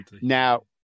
Now